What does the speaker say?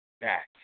back